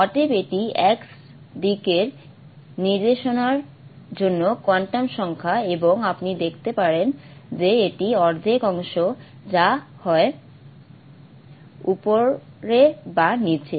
অতএব এটি x দিক এর নির্দেশনার জন্য কোয়ান্টাম সংখ্যা এবং আপনি দেখতে পারেন যে এটি অর্ধেক তরঙ্গ যা হয় উপরে বা নীচে